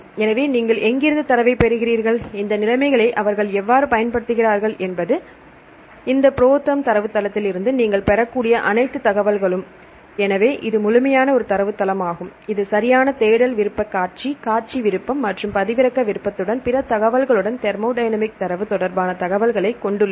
எனவே நீங்கள் எங்கிருந்து தரவைப் பெறுகிறீர்கள் இந்த நிலைமைகளை அவர்கள் எவ்வாறு பயன்படுத்துகிறார்கள் என்பது இந்த புரோதெர்ம் தரவுத்தளத்திலிருந்து நீங்கள் பெறக்கூடிய அனைத்து தகவல்களும் எனவே இது ஒரு முழுமையான தரவுத்தளமாகும் இது சரியான தேடல் விருப்ப காட்சி காட்சி விருப்பம் மற்றும் பதிவிறக்க விருப்பத்துடன் பிற தகவல்களுடன் தெர்மோடையனமிக் தரவு தொடர்பான தகவல்களைக் கொண்டுள்ளது